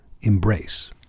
embrace